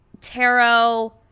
tarot